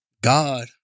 God